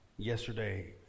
Yesterday